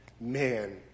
man